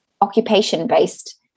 occupation-based